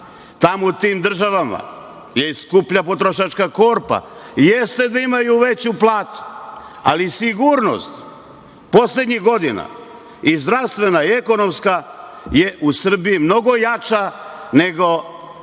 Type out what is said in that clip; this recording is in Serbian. Tamo u tim država je i skuplja potrošačka korpa. Jeste da imaju veću platu, ali sigurnost poslednjih godina i zdravstvena i ekonomska je u Srbiji mnogo jača nego u